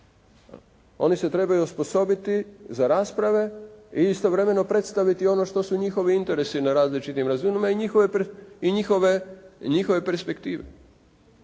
Oni se trebaju osposobiti za rasprave i istovremeno predstaviti ono što su njihovi interesi na različitim razinama i njihove perspektive.